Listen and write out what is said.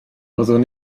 fyddwn